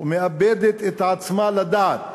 ומאבדת את עצמה לדעת